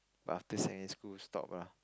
but after secondary school stop lah